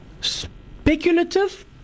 Speculative